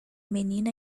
menina